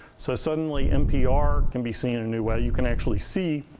so suddenly, npr can be seen in a new way. you can actually see